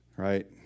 Right